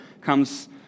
comes